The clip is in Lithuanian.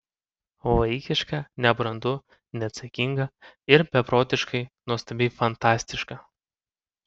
vaikiška nebrandu neatsakinga ir beprotiškai nuostabiai fantastiška